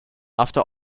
after